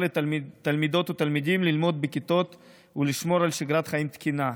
לתלמידות ולתלמידים ללמוד בכיתות ולשמור על שגרת חיים תקינה.